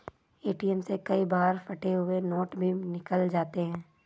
ATM से कई बार फटे हुए नोट भी निकल जाते हैं